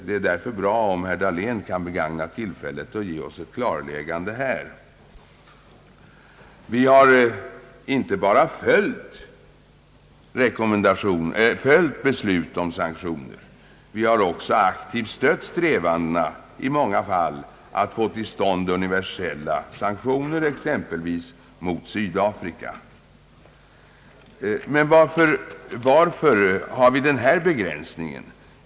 Det vore därför bra om herr Dahlén kunde begagna tillfället att ge oss ett klarläggande hur folkpartiet ser på dessa saker. Vi har, upprepar jag, inte bara följt FN:s beslut om sanktioner, utan vi har också aktivt stött strävanden i många fall att få till stånd universella sanktioner, exempelvis mot Sydafrika. Varför har vi denna begränsning?